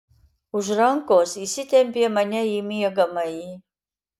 už rankos įsitempė mane į miegamąjį